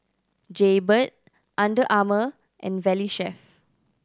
Jaybird Under Armour and Valley Chef